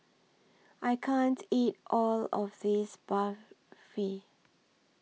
I can't eat All of This Barfi